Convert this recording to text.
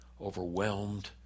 overwhelmed